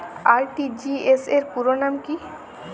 RTGS র পুরো নাম কি?